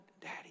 daddy